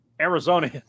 Arizona –